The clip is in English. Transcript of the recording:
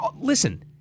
Listen